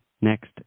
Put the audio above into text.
Next